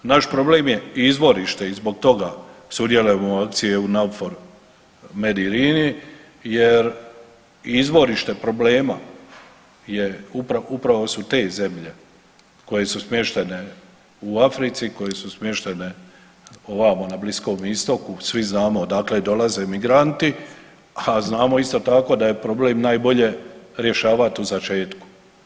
Naš problem je izvorište i zbog toga sudjelujemo u akciji EUNAVFOR MED IRINI jer izvorište problema je upravo, upravo su te zemlje koje su smještene u Africi, koje su smještane ovamo na Bliskom istoku, svi znamo odakle dolaze migranti, a znamo isto tako da je problem najbolje rješavati u začetku.